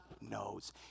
knows